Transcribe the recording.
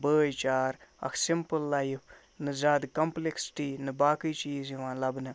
بٲے چار اَکھ سِمپٕل لایِف نہٕ زیادٕ کَمپٕلٮ۪کسٹی نہٕ باقٕے چیٖز یِوان لَبنہٕ